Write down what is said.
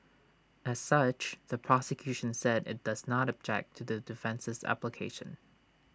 as such the prosecution said IT does not object to the defence's application